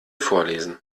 vorlesen